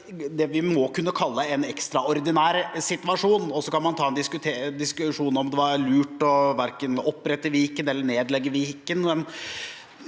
det vi må kunne kalle en ekstraordinær situasjon. Man kan gjerne ta en diskusjon om det var lurt å opprette Viken eller nedlegge Viken,